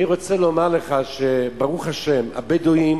אני רוצה לומר לך שברוך השם, הבדואים